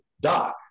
Doc